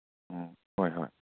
ꯎꯝ ꯍꯣꯏ ꯍꯣꯏ